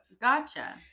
gotcha